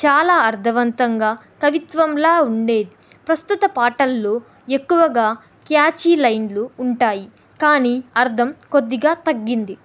చాలా అర్థవంతంగా కవిత్వంలా ఉండేది ప్రస్తుత పాటల్లో ఎక్కువగా క్యాచీ లైన్లు ఉంటాయి కానీ అర్థం కొద్దిగా తగ్గింది